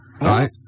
right